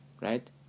right